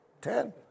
Ten